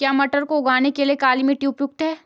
क्या मटर को उगाने के लिए काली मिट्टी उपयुक्त है?